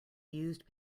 used